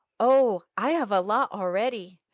oh, i have a lot already.